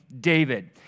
David